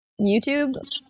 YouTube